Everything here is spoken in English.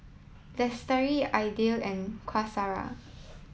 Lestari Aidil and Qaisara